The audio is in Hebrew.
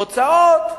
הוצאות.